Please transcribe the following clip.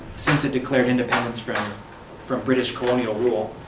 since it declared independence from from british colonial rule,